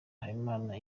habimana